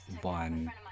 one